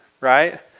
right